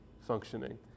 functioning